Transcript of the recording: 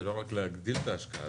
זה לא רק להגדיל את ההשקעה,